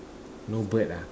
no bird ah